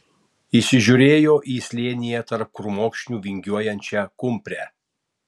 įsižiūrėjo į slėnyje tarp krūmokšnių vingiuojančią kumprę